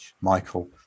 Michael